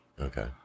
Okay